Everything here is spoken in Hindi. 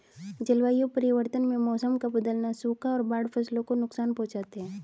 जलवायु परिवर्तन में मौसम का बदलना, सूखा और बाढ़ फसलों को नुकसान पहुँचाते है